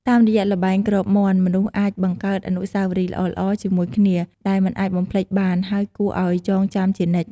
តាមរយៈល្បែងគ្របមាន់ មនុស្សអាចបង្កើតអនុស្សាវរីយ៍ល្អៗជាមួយគ្នា ដែលមិនអាចបំភ្លេចបាន ហើយគួរឱ្យចងចាំជានិច្ច។